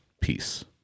peace